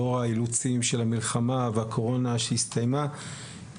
לאור האילוצים של המלחמה והקורונה שהסתיימה.